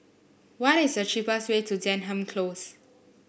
what is the cheapest way to Denham Close